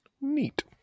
Neat